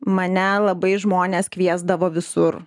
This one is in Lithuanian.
mane labai žmonės kviesdavo visur